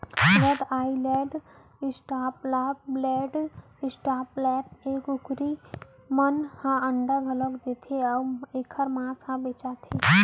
रद्दा Island, Australorp, black Australorp ए कुकरी मन ह अंडा घलौ देथे अउ एकर मांस ह बेचाथे